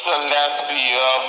Celestia